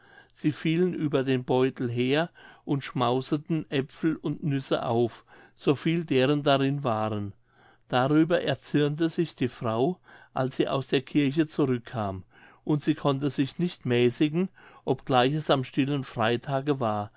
sie fielen über den beutel her und schmauseten aepfel und nüsse auf so viel deren darin waren darüber erzürnte sich die frau als sie aus der kirche zurückkam und sie konnte sich nicht mäßigen obgleich es am stillen freitage war